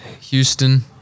Houston